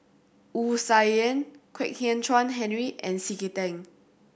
Wu Tsai Yen Kwek Hian Chuan Henry and C K Tang